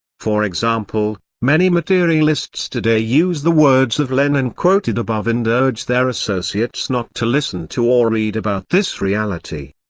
for example, many materialists today use the words of lenin quoted above and urge their associates not to listen to or read about this reality.